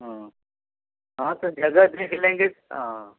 हाँ हाँ तो जगह देख लेंगे हाँ